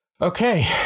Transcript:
okay